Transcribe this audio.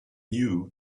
knew